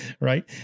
right